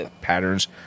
patterns